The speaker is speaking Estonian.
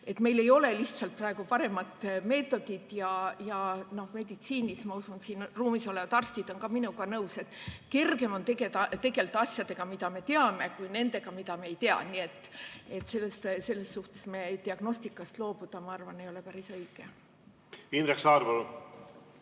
meil ei ole lihtsalt praegu paremat meetodit. Ja meditsiinis – ma usun, et siin ruumis olevad arstid on minuga nõus – on kergem tegeleda asjadega, mida me teame, kui nendega, mida me ei tea. Nii et selles mõttes diagnostikast loobuda, ma arvan, ei ole päris õige. Jah,